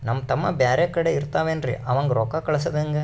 ನಮ್ ತಮ್ಮ ಬ್ಯಾರೆ ಕಡೆ ಇರತಾವೇನ್ರಿ ಅವಂಗ ರೋಕ್ಕ ಕಳಸದ ಹೆಂಗ?